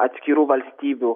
neatskirų valstybių